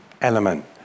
element